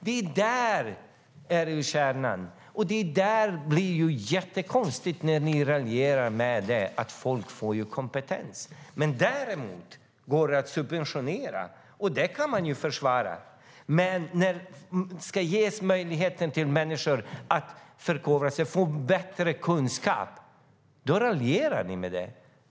Det är kärnan, och det blir jättekonstigt när ni raljerar över att folk får kompetens. Däremot går det att subventionera - det kan ni försvara - men när människor ska ges möjlighet att förkovra sig och få bättre kunskaper raljerar ni.